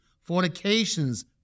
fornications